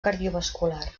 cardiovascular